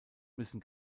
müssen